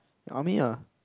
army ah